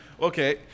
Okay